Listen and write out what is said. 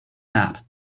map